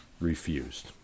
refused